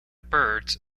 birds